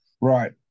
Right